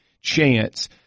chance